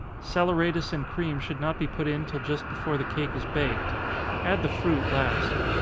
saleratus and cream should not be put in till just before the cake is baked add the fruit last.